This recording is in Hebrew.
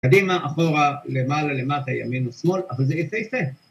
‫קדימה, אחורה, למעלה, למטה, ‫ימין ושמאל, אבל זה יפהפה.